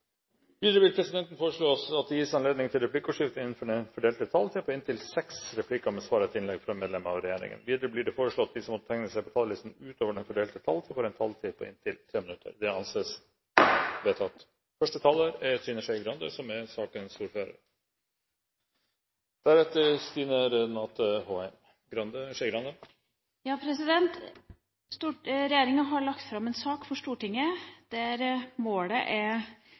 Videre vil presidenten foreslå at det gis anledning til replikkordskifte på inntil seks replikker med svar etter innlegg fra medlem av regjeringen innenfor den fordelte taletid. Videre blir det foreslått at de som måtte tegne seg på talerlisten utover den fordelte taletid, får en taletid på inntil 3 minutter. – Det anses vedtatt. Regjeringa har lagt fram en sak for Stortinget, der målet er